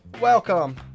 Welcome